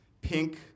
pink